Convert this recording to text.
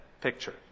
picture